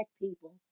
people